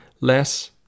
less